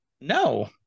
no